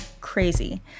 Crazy